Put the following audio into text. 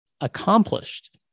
accomplished